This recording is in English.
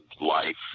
life